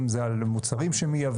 אם זה על המוצרים שמייבאים,